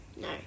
No